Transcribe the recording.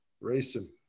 racing